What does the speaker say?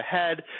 ahead